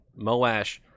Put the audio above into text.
Moash